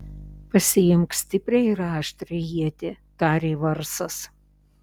pasiimk stiprią ir aštrią ietį tarė varsas